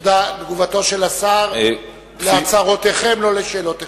תגובתו של השר על הצהרותיכם, לא לשאלותיכם.